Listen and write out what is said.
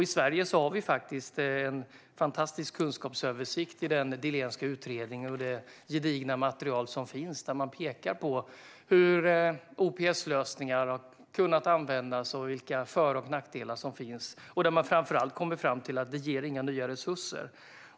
I Sverige har vi en fantastisk kunskapsöversikt i den Dillénska utredningen och det gedigna material som finns, där man pekar på hur OPS-lösningar har kunnat användas och vilka för och nackdelar som finns. Man har framför allt kommit fram till att det inte ger några nya resurser.